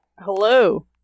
Hello